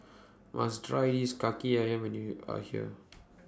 must Try IS Kaki Ayam when YOU Are here